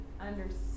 understand